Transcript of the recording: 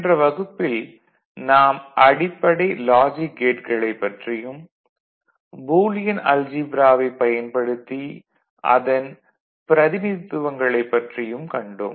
சென்ற வகுப்பில் நாம் அடிப்படை லாஜிக் கேட்களைப் பற்றியும் பூலியன் அல்ஜீப்ராவைப் பயன்படுத்தி அதன் பிரதிநிதித்துவங்களைப் பற்றியும் கண்டோம்